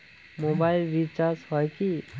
Mobile recharge হয় কি?